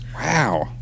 wow